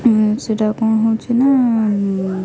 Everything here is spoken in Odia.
ସେଟା କ'ଣ ହେଉଛି ନା